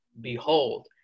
behold